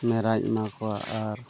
ᱢᱮᱨᱟᱧ ᱮᱢᱟᱠᱚᱣᱟ ᱟᱨ